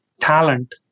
talent